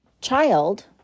child